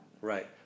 Right